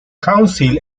council